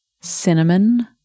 cinnamon